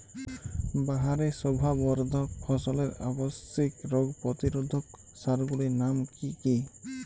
বাহারী শোভাবর্ধক ফসলের আবশ্যিক রোগ প্রতিরোধক সার গুলির নাম কি কি?